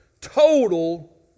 total